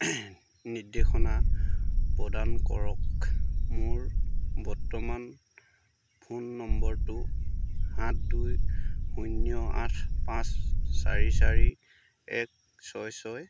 নিৰ্দেশনা প্ৰদান কৰক মোৰ বৰ্তমান ফোন নম্বৰটো সাত দুই শূন্য আঠ পাঁচ চাৰি চাৰি এক ছয় ছয়